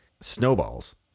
snowballs